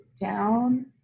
down